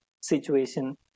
situation